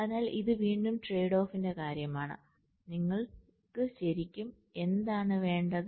അതിനാൽ ഇത് വീണ്ടും ട്രേഡ് ഓഫിന്റെ കാര്യമാണ് നിങ്ങൾക്ക് ശരിക്കും എന്താണ് വേണ്ടത്